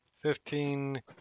fifteen